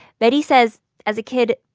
betty says as a kid,